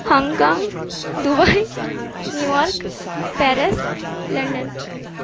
Hong Kong Dubai New York Paris London